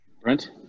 Brent